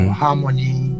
harmony